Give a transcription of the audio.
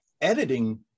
editing